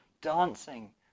dancing